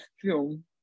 Film